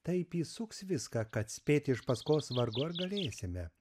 taip įsuks viską kad spėti iš paskos vargu ar galėsime